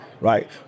Right